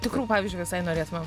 tikrų pavyzdžiui visai norėtumėm